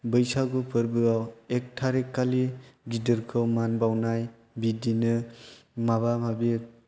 बैसागु फोरबोआव एक थारिख खालि गिदिरखौ मान बावनाय बिदिनो माबा माबि